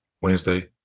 Wednesday